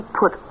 put